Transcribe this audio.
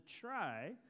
try